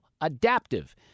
adaptive